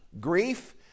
grief